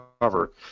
cover